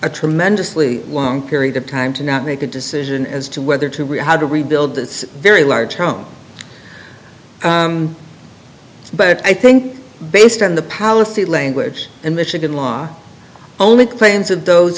a tremendously long period of time to not make a decision as to whether to read how to rebuild that very large home but i think based on the policy language in michigan law only claims of those